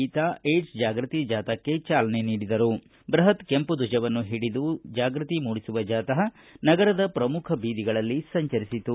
ಗೀತಾ ಏಡ್ಲ್ ಜಾಗೃತಿ ಜಾಥಾಕ್ಕೆ ಚಾಲನೆ ನೀಡಿದರು ಬೃಹತ್ ಕೆಂಪು ಧ್ವಜವನ್ನು ಹಿಡಿದು ಜಾಗೃತಿ ಮೂಡಿಸುವ ಜಾಥಾ ನಗರದ ಪ್ರಮುಖ ಬೀದಿಗಳಲ್ಲಿ ಸಂಚರಿಸಿತು